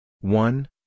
one